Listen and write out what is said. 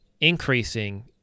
increasing